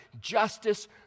justice